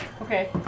Okay